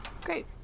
great